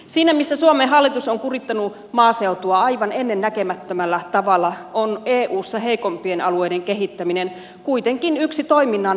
siinä missä suomen hallitus on kurittanut maaseutua aivan ennennäkemättömällä tavalla on eussa heikompien alueiden kehittäminen kuitenkin yksi toiminnan painopisteitä